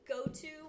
Go-to